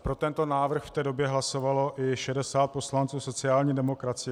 Pro tento návrh v té době hlasovalo i 60 poslanců sociální demokracie.